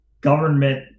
government